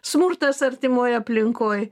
smurtas artimoj aplinkoj